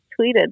tweeted